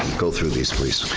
go through these please.